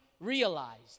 realized